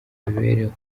mibereho